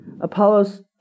Apollos